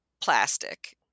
plastic